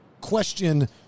question